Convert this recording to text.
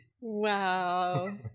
Wow